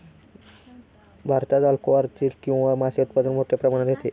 भारतात ॲक्वाकल्चर किंवा मासे उत्पादन मोठ्या प्रमाणात होते